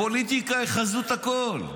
הפוליטיקה היא חזות הכול,